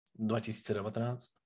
2019